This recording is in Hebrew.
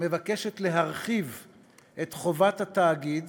מבקשת להרחיב את חובת התאגיד